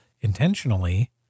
intentionally